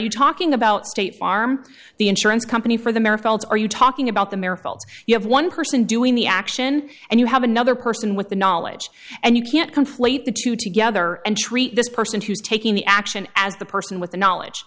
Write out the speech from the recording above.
you talking about state farm the insurance company for the marathons are you talking about the miracles you have one person doing the action and you have another person with the knowledge and you can't conflate the two together and treat this person who's taking the action as the person with the knowledge